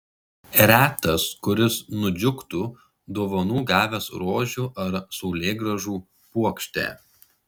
retas kuris nudžiugtų dovanų gavęs rožių ar saulėgrąžų puokštę